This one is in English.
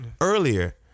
Earlier